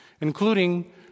including